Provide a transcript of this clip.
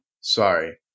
sorry